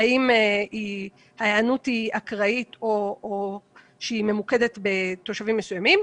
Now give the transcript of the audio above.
האם ההיענות אקראית או ממוקדת בתושבים מסוימים?